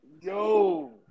Yo